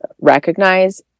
recognize